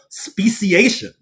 speciation